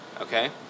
Okay